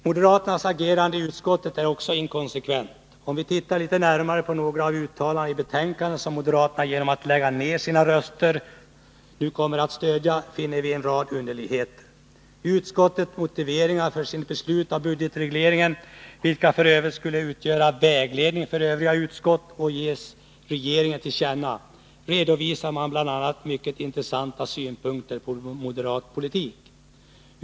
Moderaternas agerande i utskottet är också inkonsekvent. Om vi tittar litet närmare på några av de uttalanden som har gjorts i betänkandet, som moderaterna genom att lägga ner sina röster kommer att stödja, finner vi en rad underligheter. I utskottets motiveringar för sitt beslut om budgetregleringen, vilka f. ö. skall utgöra vägledning för övriga utskott och ges regeringen till känna, redovisar man bl.a. en del mycket intressanta synpunkter på moderat politik.